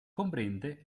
comprende